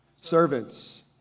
Servants